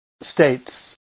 states